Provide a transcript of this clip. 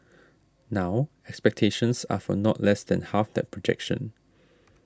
now expectations are for not less than half that projection